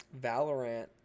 Valorant